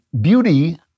Beauty